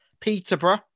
Peterborough